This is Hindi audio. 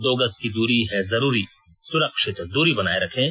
दो गज की दूरी है जरूरी सुरक्षित दूरी बनाए रखें